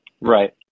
Right